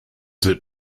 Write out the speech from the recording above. that